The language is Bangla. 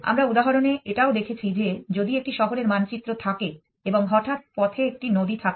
আমরা উদাহরণে এটাও দেখেছি যে যদি একটি শহরের মানচিত্র থাকে এবং হঠাৎ পথে একটি নদী থাকে